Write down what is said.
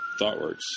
ThoughtWorks